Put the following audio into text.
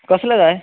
कसले जाय